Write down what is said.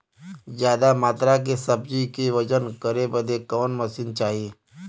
ज्यादा मात्रा के सब्जी के वजन करे बदे कवन मशीन चाही?